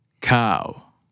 Cow